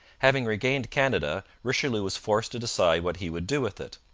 having regained canada, richelieu was forced to decide what he would do with it.